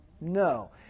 No